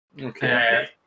Okay